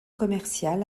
commercial